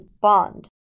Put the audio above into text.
bond